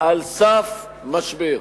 על סף משבר,